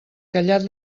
callat